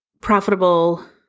profitable